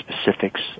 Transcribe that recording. specifics